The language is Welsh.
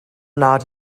nad